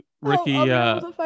Ricky